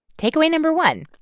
takeaway no. one.